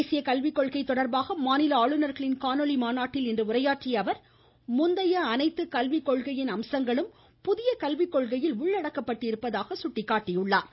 தேசிய கல்விக்கொள்கை தொடர்பாக மாநில ஆளுநர்களின் காணொலி மாநாட்டில் இன்று உரையாற்றிய அவர் முந்தைய அனைத்து கல்விக் கொள்கையின் அம்சங்களும் புதிய கல்விக் கொள்கையில் உள்ளடக்கப் பட்டிருப்பதாக சுட்டிக் காட்டினார்